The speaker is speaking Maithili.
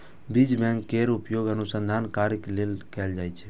बीज बैंक केर उपयोग अनुसंधान कार्य लेल कैल जाइ छै